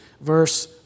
verse